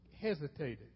hesitated